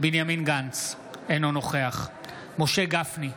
בנימין גנץ, אינו נוכח משה גפני,